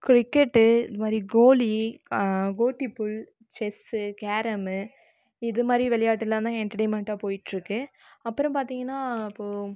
cricket இது மாதிரி கோலி கோட்டிபுள் செஸ் கேரம் இது மாதிரி விளையாட்டுலாம் தான் என்டர்டெயின்மென்ட்டாக போய்ட்டு இருக்குது அப்புறம் பார்த்தீங்கன்னா அப்போ